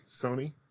Sony